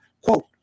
quote